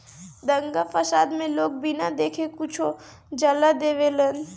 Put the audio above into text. दंगा फसाद मे लोग बिना देखे कुछो जला देवेलन